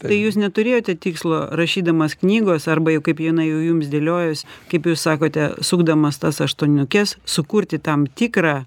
tai jūs neturėjote tikslo rašydamas knygos arba jau kaip jinai jau jums dėliojos kaip jūs sakote sukdamas tas aštuoniukes sukurti tam tikrą